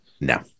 No